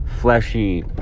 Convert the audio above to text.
fleshy